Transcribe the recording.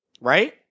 right